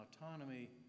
autonomy